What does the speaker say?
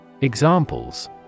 Examples